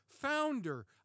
founder